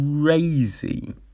crazy